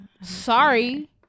Sorry